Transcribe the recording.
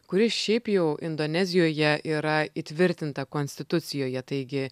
kuri šiaip jau indonezijoje yra įtvirtinta konstitucijoje taigi